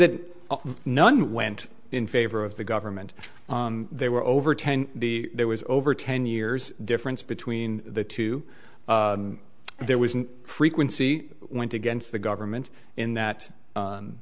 that none went in favor of the government there were over ten the there was over ten years difference between the two there was no frequency went against the government in that